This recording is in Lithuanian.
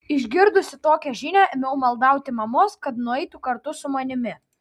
išgirdusi tokią žinią ėmiau maldauti mamos kad nueitų kartu su manimi